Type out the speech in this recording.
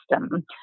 system